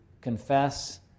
confess